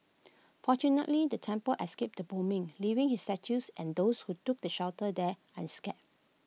fortunately the temple escaped the bombings leaving his statues and those who took shelter there unscathed